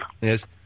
Yes